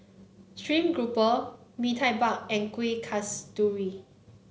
stream Grouper Mee Tai Mak and Kuih Kasturi